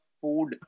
food